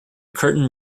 curtain